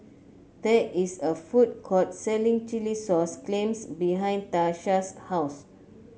there is a food court selling Chilli Sauce Clams behind Tasha's house